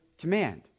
command